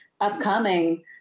upcoming